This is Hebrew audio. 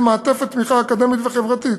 מקבלים מעטפת תמיכה אקדמית וחברתית,